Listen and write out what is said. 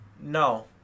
No